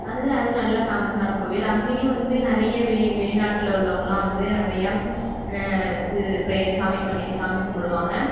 அது அது நல்ல ஃபேமஸான கோவில் அங்கேயும் வந்து நிறைய வெ வெளிநாட்டில உள்ளவங்கலெலாம் வந்து நிறைய இது ப்ரேயர் சாமி பண்ணி சாமிக்கும்பிடுவாங்க